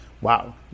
wow